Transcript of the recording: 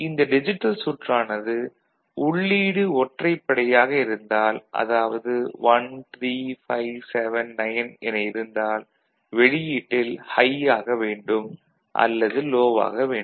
இந்த டிஜிட்டல் சுற்றானது உள்ளீடு ஒற்றைப்படையாக இருந்தால் அதாவது 13579 என இருந்தால் வெளியீட்டில் ஹை ஆக வேண்டும் அல்லது லோ ஆக வேண்டும்